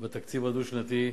בתקציב הדו-שנתי,